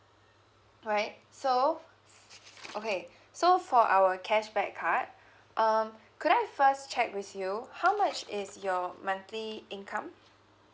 alright so okay so for our cashback card um could I first check with you how much is your monthly income